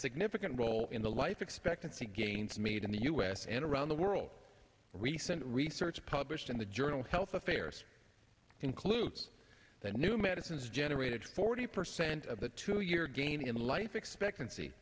significant role in the life expectancy gains made in the u s and around the world recent research published in the journal health affairs concludes that new medicines generated forty percent of the two year gain in life expectancy